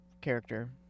character